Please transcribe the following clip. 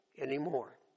anymore